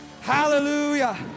Hallelujah